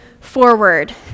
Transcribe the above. forward